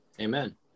Amen